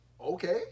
okay